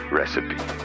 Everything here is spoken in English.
recipe